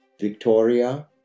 Victoria